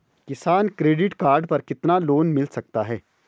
किसान credit card पर कितना लोंन मिल सकता है?